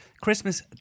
Christmas